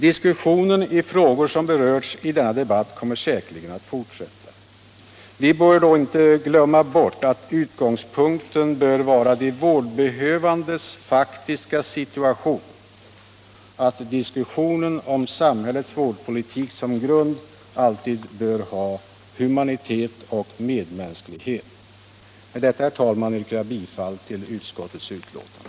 Diskussionen i frågor som berörs i denna debatt kommer säkerligen att fortsätta. Vi bör då inte glömma att utgångspunkten bör vara de vårdbehövandes faktiska situation, att diskussionen om samhällets vårdpolitik som grund alltid bör ha humanitet och medmänsklighet. Med detta, herr talman, yrkar jag bifall till utskottets hemställan.